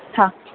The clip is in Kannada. ಹಾಂ